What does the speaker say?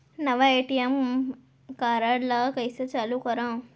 नवा ATM card ल कइसे चालू करव?